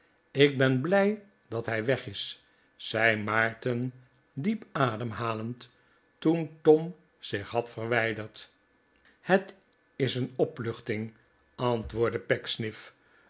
ik ben blij dat hij weg is zei maarten diep ademhalend toen tom zich had verwijderd het is een opluchting antwoordde